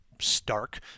Stark